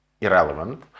irrelevant